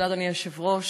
אדוני היושב-ראש,